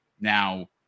Now